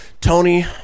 Tony